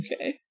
Okay